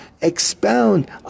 expound